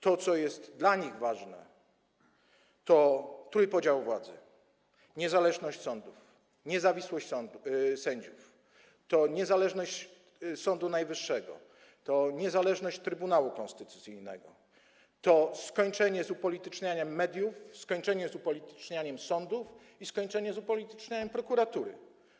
To, co jest dla nich ważne, to trójpodział władzy, to niezależność sądów, to niezawisłość sędziów, to niezależność Sądu Najwyższego, to niezależność Trybunału Konstytucyjnego, to skończenie z upolitycznianiem mediów, skończenie z upolitycznianiem sądów i skończenie z upolitycznianiem prokuratury.